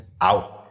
out